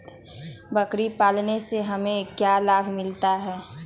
बकरी पालने से हमें क्या लाभ मिलता है?